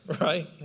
Right